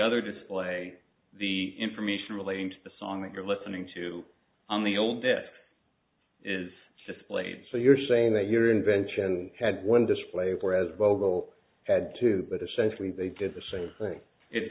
other display the information relating to the song that you're listening to on the old desk is just played so you're saying that your invention had one display whereas vogel had two but essentially they did the same thing it's